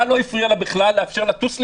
לא הפריע בכלל לאפשר לטוס ליוון,